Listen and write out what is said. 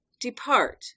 Depart